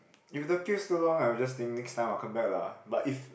if the queue so long I will just think next time I'll come back lah but if